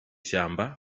shyamba